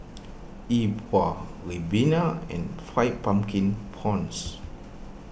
E Bua Ribena and Fried Pumpkin Prawns